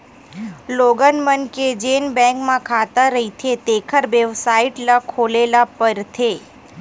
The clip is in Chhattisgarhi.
लोगन मन के जेन बैंक म खाता रहिथें तेखर बेबसाइट ल खोले ल परथे